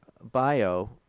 bio